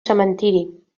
cementiri